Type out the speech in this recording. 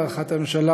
להערכת הממשלה,